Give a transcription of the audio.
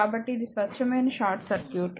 కాబట్టి ఇది స్వచ్ఛమైన షార్ట్ సర్క్యూట్